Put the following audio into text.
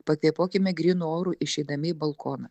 pakvėpuokime grynu oru išeidami į balkoną